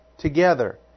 together